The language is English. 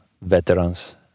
veterans